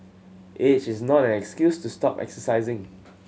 age is not an excuse to stop exercising